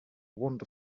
want